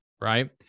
right